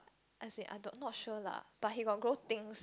I say I don't not sure lah but he got grow thing